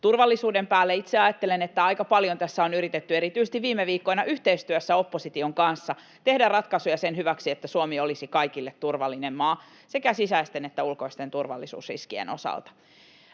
turvallisuuden päälle. Itse ajattelen, että aika paljon tässä on yritetty erityisesti viime viikkoina yhteistyössä opposition kanssa tehdä ratkaisuja sen hyväksi, että Suomi olisi kaikille turvallinen maa sekä sisäisten että ulkoisten turvallisuusriskien osalta.